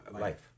life